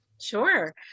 Sure